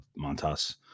Montas